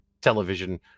television